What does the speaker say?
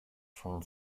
von